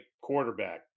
quarterback